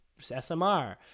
SMR